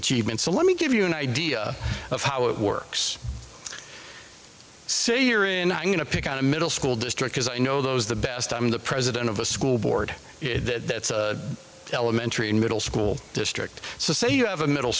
achievement so let me give you an idea of how it works so you're going to pick out a middle school district as i know those the best i mean the president of a school board that elementary and middle school district so say you have a middle